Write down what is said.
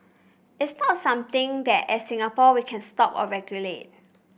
it's not something that as Singapore we can stop or regulate